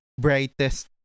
brightest